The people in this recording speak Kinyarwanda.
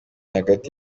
hagati